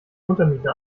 untermiete